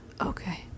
Okay